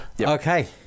Okay